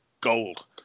gold